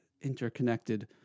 interconnected